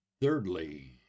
Thirdly